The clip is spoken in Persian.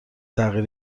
تغییر